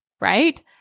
right